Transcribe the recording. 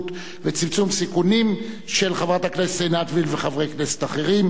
וצמצום סיכונים בפעילות קבוצות עסקיות,